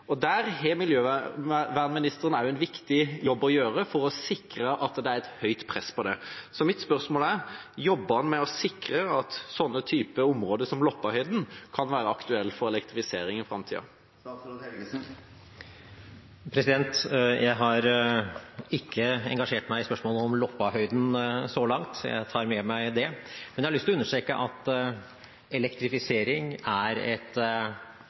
Der har klima- og miljøministeren en viktig jobb å gjøre for å sikre at det er et høyt press på det. Mitt spørsmål er: Jobber statsråden med å sikre at slike områder som Loppahøyden kan være aktuelle for elektrifisering i framtida? Jeg har ikke engasjert meg i spørsmålet om Loppahøyden så langt. Jeg tar med meg det. Men jeg har lyst til å understreke at elektrifisering er et